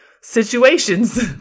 situations